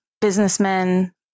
businessmen